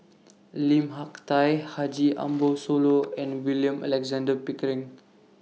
Lim Hak Tai Haji Ambo Sooloh and William Alexander Pickering